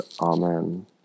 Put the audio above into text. Amen